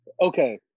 okay